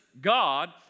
God